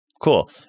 cool